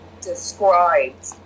described